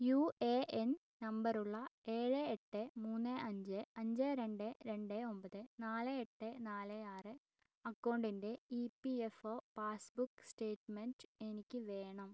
U A N number ഉള്ള ഏഴ് എട്ട് മൂന്ന് അഞ്ച് അഞ്ച് രണ്ട് രണ്ട് ഒമ്പത് നാല് എട്ട് നാല് ആറ് അക്കൗണ്ടിൻറെ E P F O passbook statement എനിക്ക് വേണം